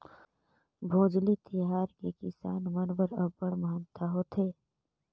भोजली तिहार के किसान मन बर अब्बड़ महत्ता हे